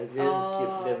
oh